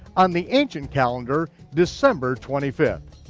on the ancient calendar december twenty fifth.